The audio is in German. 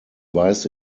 weiß